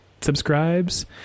subscribes